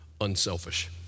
unselfish